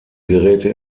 geräte